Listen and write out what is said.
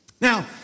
Now